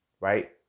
Right